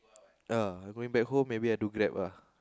uh I going back home maybe I do Grab ah